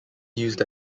used